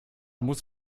muss